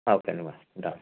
okay అమ్మ ఉంటాను